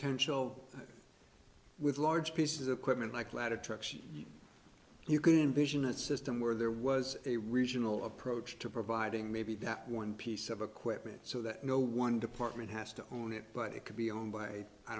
attention with large pieces of equipment like ladder trucks you can envision a system where there was a regional approach to providing maybe that one piece of equipment so that no one department has to own it but it could be owned by i